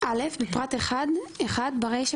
- בפרט (1) - ברישה,